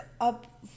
up